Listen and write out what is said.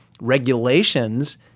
regulations